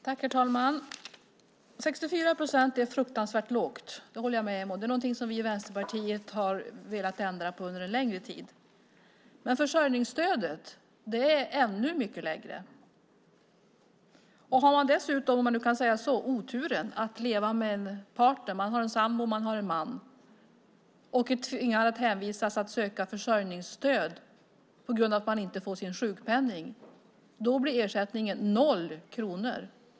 Herr talman! Jag håller med om att 64 procent är mycket lågt. Det är något som vi i Vänsterpartiet har velat ändra på under en längre tid. Men försörjningsstödet är ännu lägre. Har man dessutom "oturen" att leva med en partner - en sambo eller äkta man - som har en inkomst blir ersättningen om man är hänvisad till att söka försörjningsstöd på grund av att man inte får sin sjukpenning noll kronor.